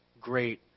great